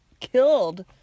killed